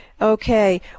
Okay